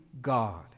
God